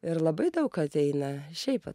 ir labai daug ateina šiaip